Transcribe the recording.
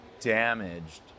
damaged